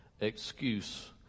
excuse